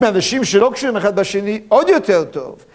מהאנשים שלא קשרים אחד בשני עוד יותר טוב.